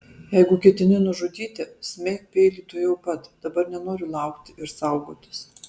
jeigu ketini nužudyti smeik peilį tuojau pat dabar nenoriu laukti ir saugotis